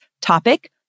Topic